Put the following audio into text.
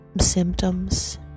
symptoms